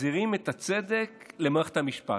מחזירים את הצדק למערכת המשפט.